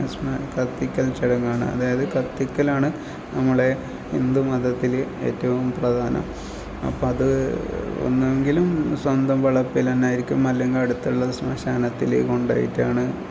സ്മ കത്തിക്കൽ ചടങ്ങാണ് അതായത് കത്തിക്കലാണ് നമ്മുടെ ഹിന്ദു മതത്തിൽ ഏറ്റോം പ്രധാനം അപ്പം അത് ഒന്നെങ്കിൽ സ്വന്തം വളപ്പിലന്നായിരിക്കും അല്ലെങ്കിൽ അടുത്തുള്ള സ്മശാനത്തിൽ കൊണ്ട് പോയിട്ടായിട്ടാണ്